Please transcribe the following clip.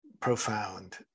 profound